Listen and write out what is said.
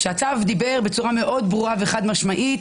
והצו דיבר בצורה מאוד ברורה וחד-משמעית,